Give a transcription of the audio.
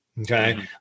Okay